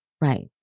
Right